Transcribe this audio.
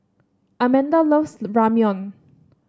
Amanda loves Ramyeon